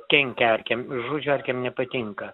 kenkia erkėm žodžiu erkėm nepatinka